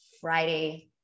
Friday